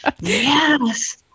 Yes